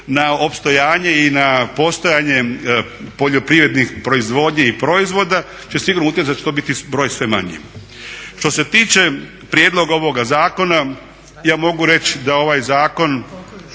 na opstojanje i na postojanje poljoprivrednih proizvodnji i proizvoda će sigurno utjecati da će to biti broj sve manji. Što se tiče prijedloga ovoga zakona, ja mogu reći da ovaj zakon